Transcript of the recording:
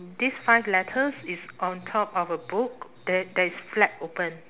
these five letters is on top of a book that that is flat open